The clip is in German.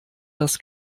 das